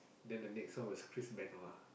then the next one was Chris Benoit